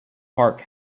park